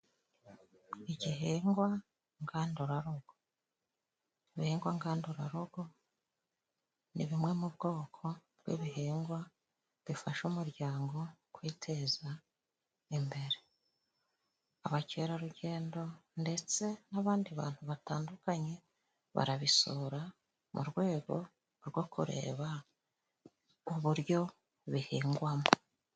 Igihingwa ngandurarugo. Ibihingwa ngandurarugo ni bimwe mu bwoko bw'ibihingwa bifasha umuryango kwiteza imbere. Abakerarugendo ndetse n'abandi bantu batandukanye, barabisura mu rwego rwo kureba uburyo bihingwamo.